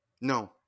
no